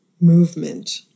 movement